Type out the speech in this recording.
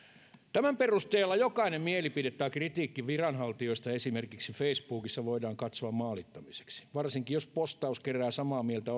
tämän perusteella jokainen mielipide tai kritiikki viranhaltijoista esimerkiksi facebookissa voidaan katsoa maalittamiseksi varsinkin jos postaus kerää samaa mieltä